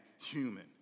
human